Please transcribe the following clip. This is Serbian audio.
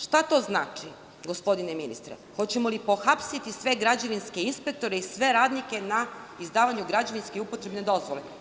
Šta to znači, gospodine ministre, hoćemo li pohapsiti sve građevinske inspektore i sve radnike na izdavanju građevinske i upotrebne dozvole?